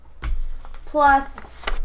Plus